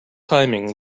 timing